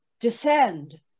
descend